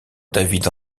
david